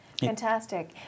Fantastic